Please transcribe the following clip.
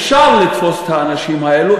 אפשר לתפוס את האנשים האלה,